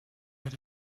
had